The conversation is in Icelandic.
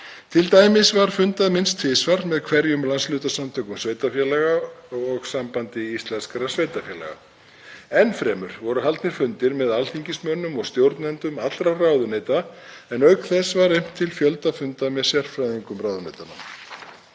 Til dæmis var fundað minnst tvisvar með hverjum landshlutasamtökum sveitarfélaga og Sambandi íslenskra sveitarfélaga. Enn fremur voru haldnir fundir með alþingismönnum og stjórnendum allra ráðuneyta en auk þess var efnt til fjölda funda með sérfræðingum ráðuneytanna.